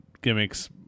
gimmicks